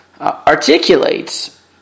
articulates